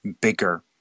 bigger